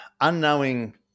unknowing